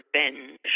revenge